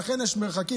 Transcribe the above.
לכן יש מרחקים.